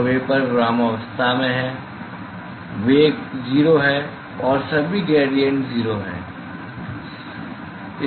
तो वेपर विरामावस्था में है वेग 0 है और सभी ग्रेडिएन्ट 0 हैं सभी ग्रेडिएन्ट 0 हैं